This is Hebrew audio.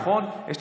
נכון?